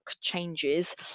changes